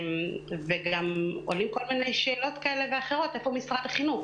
גם עולות כל מיני שאלות כאלו ואחרות איפה משרד החינוך,